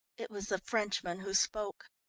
it was the frenchman who spoke.